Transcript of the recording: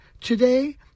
Today